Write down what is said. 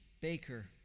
baker